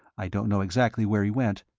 i don't know exactly where he went,